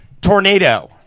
Tornado